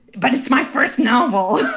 but it's my first novel